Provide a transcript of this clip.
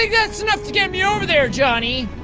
ah yeah that's enough to get me over there, johnny!